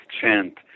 chant